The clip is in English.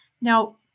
Now